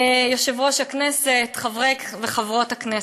יושב-ראש הכנסת, חברי וחברות הכנסת,